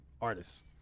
artists